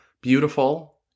beautiful